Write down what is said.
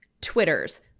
twitter's